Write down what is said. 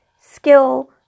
skill